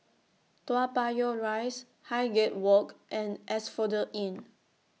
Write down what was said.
Toa Payoh Rise Highgate Walk and Asphodel Inn